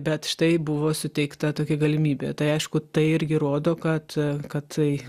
bet štai buvo suteikta tokia galimybė tai aišku tai irgi rodo kad kad tai